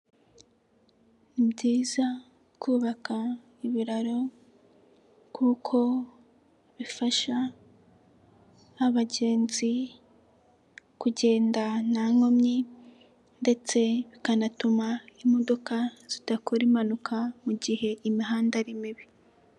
Ni byiza kubaka ibiraro kuko bifasha abagenzi kugenda nta nkomyi ndetse bikanatuma imodoka zidakora impanuka mu gihe imihanda ari mibi.